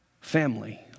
family